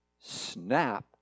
Snap